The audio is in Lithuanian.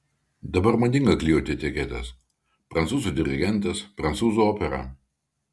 dabar madinga klijuoti etiketes prancūzų dirigentas prancūzų opera